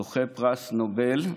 זוכה פרס נובל,